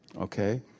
okay